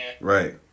Right